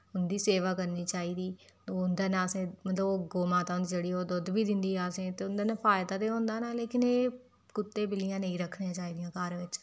उंदी सेवा करनी चाहिदी ते उंदे कन्नै असेई मतलब ओह् गौ माता होंदी जेह्ड़ी ओह् दुध बी दिंदी ऐ असेई उंदे कन्नै फायदा ते होंदा ना लेकिन एह् कुत्ते बिल्लियां नेईं रखनियां चाहिदियां घर च